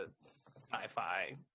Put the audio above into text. sci-fi